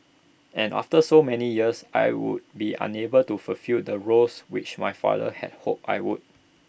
and after so many years I would be unable to fulfil the roles which my father had hoped I would